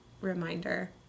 reminder